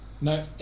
No